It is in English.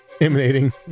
emanating